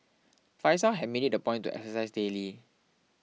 Faizal had made it a point to exercise daily